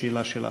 שאלה שלך.